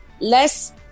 less